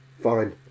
fine